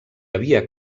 havia